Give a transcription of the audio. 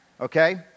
Okay